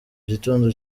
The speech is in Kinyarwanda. gitondo